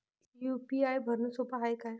UPI भरनं सोप हाय का?